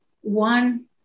one